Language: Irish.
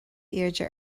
airde